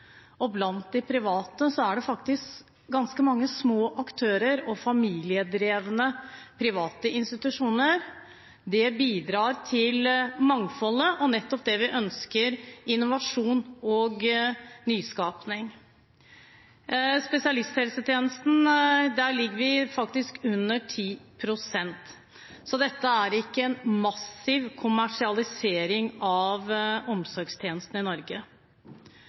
ideelle. Blant de private er det faktisk ganske mange små aktører og familiedrevne private institusjoner. Det bidrar til mangfoldet og, nettopp det vi ønsker, innovasjon og nyskaping. Innen spesialisthelsetjenesten ligger vi faktisk under 10 pst. Dette er ikke en massiv kommersialisering av omsorgstjenestene i Norge.